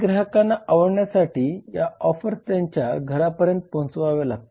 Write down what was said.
ग्राहकांना आवडण्यासाठी या ऑफर्स त्यांच्या घरापर्यंत पोहचवाव्या लागतील